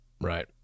Right